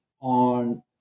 on